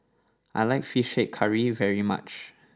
I like Fish Head Curry very much